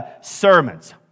sermons